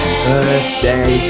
Birthday